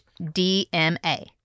dma